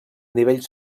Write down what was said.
nivell